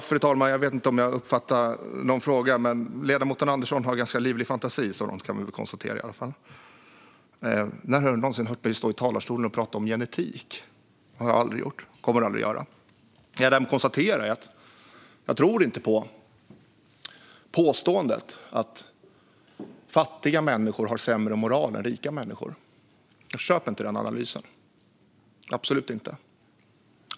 Fru talman! Jag vet inte om jag uppfattade någon fråga, men vi kan i alla fall konstatera att ledamoten Andersson har ganska livlig fantasi. När har Ulla Andersson någonsin hört mig stå i talarstolen och tala om genetik? Det har jag aldrig gjort och kommer aldrig att göra. Det jag däremot konstaterar är att jag inte tror på påståendet att fattiga människor har sämre moral än rika människor. Jag köper inte den analysen - absolut inte.